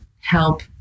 help